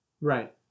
Right